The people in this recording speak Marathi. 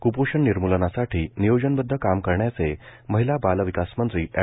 कपोषण निर्म्लनासाठी नियोजनबदध काम करण्याचे महिला बाल विकासमंत्री एड